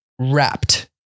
Wrapped